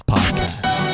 Podcast